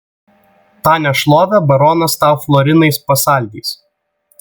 tą nešlovę baronas tau florinais pasaldys